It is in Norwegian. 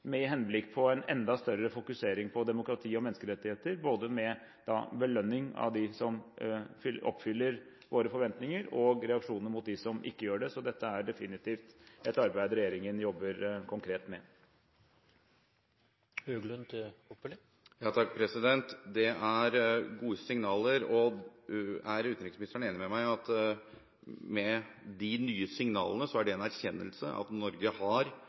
med henblikk på en enda større fokusering på demokrati og menneskerettigheter, både med belønning av dem som oppfyller våre forventninger og reaksjoner mot dem som ikke gjør det. Så dette er definitivt et arbeid regjeringen jobber konkret med. Det er gode signaler. Er utenriksministeren enig med meg i at de nye signalene er en erkjennelse av at Norge på flere områder har